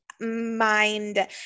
mind